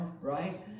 right